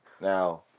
Now